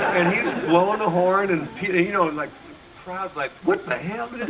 and he's blowing the horn, and the the you know and like crowd's like, what the hell!